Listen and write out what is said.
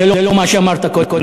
זה לא מה שאמרת קודם.